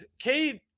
Cade